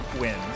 wins